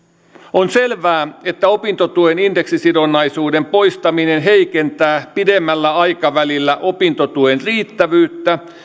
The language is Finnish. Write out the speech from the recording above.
on selvää että opintotuen indeksisidonnaisuuden poistaminen heikentää pidemmällä aikavälillä opintotuen riittävyyttä